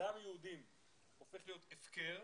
דם יהודים הופך להיות הפקר,